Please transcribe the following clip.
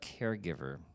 caregiver